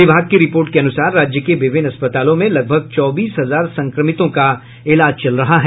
विभाग की रिपोर्ट के अनुसार राज्य के विभिन्न अस्पतालों में लगभग चौबीस हजार संक्रमितों का इलाज चल रहा है